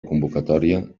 convocatòria